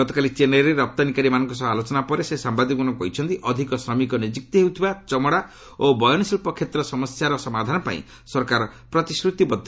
ଗତକାଲି ଚେନ୍ନାଇରେ ରପ୍ତାନୀକାରୀମାନଙ୍କ ସହ ଆଲୋଚନା ପରେ ସେ ସାମ୍ବାଦିକମାନଙ୍କୁ କହିଛନ୍ତି ଅଧିକ ଶ୍ରମିକ ନିଯୁକ୍ତ ହେଉଥିବା ଚମଡ଼ା ଓ ବୟନଶିଳ୍ପ କ୍ଷେତର ସମସ୍ୟାର ସମାଧାନ ପାଇଁ ସରକାର ପ୍ରତିଶ୍ରତିବଦ୍ଧ